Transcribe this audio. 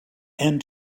end